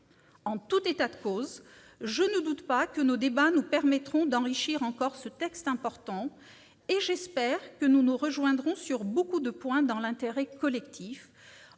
En tout état de cause, je ne doute pas que nos débats nous permettront d'enrichir encore ce texte important. J'espère que nous nous rejoindrons sur de nombreux points dans l'intérêt collectif,